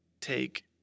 take